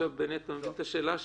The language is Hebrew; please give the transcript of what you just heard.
בני, אתה מבין את השאלה שלי.